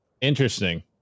Interesting